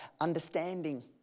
understanding